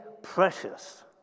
precious